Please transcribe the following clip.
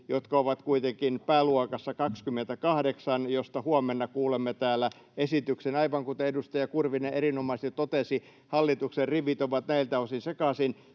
jotka ovat kuitenkin pääluokassa 28, josta huomenna kuulemme täällä esityksen. Aivan kuten edustaja Kurvinen erinomaisesti totesi, hallituksen rivit ovat näiltä osin sekaisin.